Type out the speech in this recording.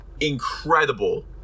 incredible